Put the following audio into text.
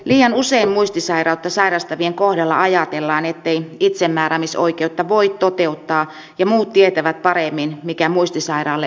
liian usein muistisairautta sairastavien kohdalla ajatellaan ettei itsemääräämisoikeutta voi toteuttaa ja muut tietävät paremmin mikä muistisairaalle on hyväksi